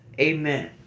Amen